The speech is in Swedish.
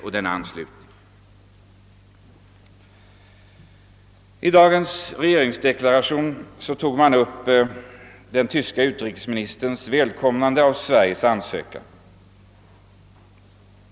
I dagens regeringsdeklaration tog man upp den västtyske utrikesministerns välkomnande av Sveriges ansökan.